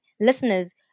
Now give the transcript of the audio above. listeners